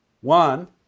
One